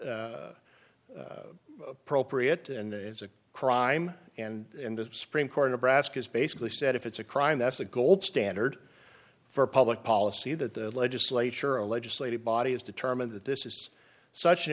not appropriate and it's a crime and in the supreme court the baskets basically said if it's a crime that's a gold standard for public policy that the legislature a legislative body has determined that this is such an